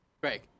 Greg